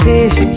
Fish